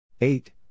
Eight